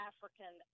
African